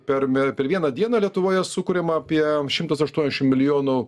per per vieną dieną lietuvoje sukuriama apie šimtas aštuoniasdešimt milijonų